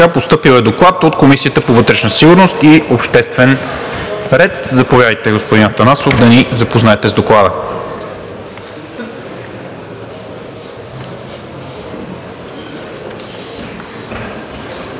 от Комисията по вътрешна сигурност и обществен ред. Заповядайте, господин Атанасов, да ни запознаете с Доклада.